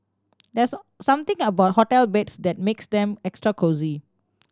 there's something about hotel beds that makes them extra cosy